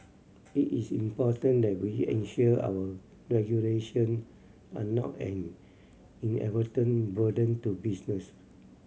it is important that we ensure our regulation are not an inadvertent burden to business